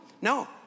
no